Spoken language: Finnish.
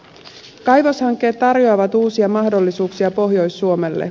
kaivoshankkeet tarjoavat uusia mahdollisuuksia pohjois suomelle